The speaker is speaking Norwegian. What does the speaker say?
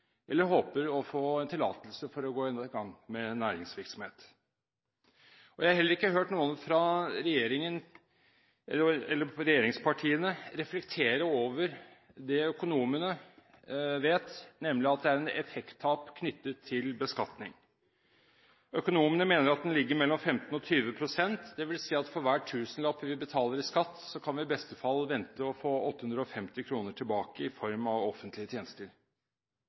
eller som håper på å få tillatelse til å gå i gang med næringsvirksomhet. Jeg har heller ikke hørt noen fra regjeringspartiene reflektere over det økonomene vet, nemlig at det er et effekttap knyttet til beskatning. Økonomene mener at det ligger mellom 15 og 20 pst. Det vil si at for hver tusenlapp vi betaler i skatt, kan vi i beste fall vente å få 850 kr tilbake i form av offentlige tjenester.